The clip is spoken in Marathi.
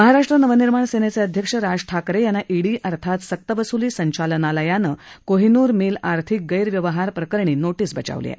महाराष्ट्र नवनिर्माण सेनेचे अध्यक्ष राज ठाकरे यांना ईडी अर्थात सक्तवसुली संचालनालयानं कोहिनूर मिल आर्थिक गैरव्यवहार प्रकरणी नोटीस बजावली आहे